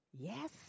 Yes